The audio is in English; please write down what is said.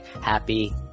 happy